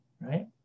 right